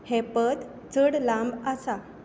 हें पद चड लांब आसा